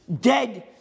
dead